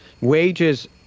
Wages